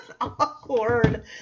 awkward